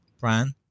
brand